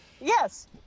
Yes